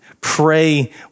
Pray